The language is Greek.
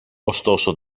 ωστόσο